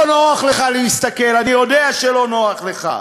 לא נוח לך להסתכל, אני יודע שלא נוח לך.